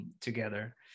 together